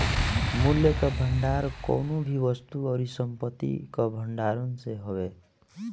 मूल्य कअ भंडार कवनो भी वस्तु अउरी संपत्ति कअ भण्डारण से हवे